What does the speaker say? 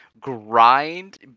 grind